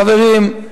חברים,